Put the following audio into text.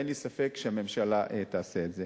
ואין לי ספק שהממשלה תעשה את זה.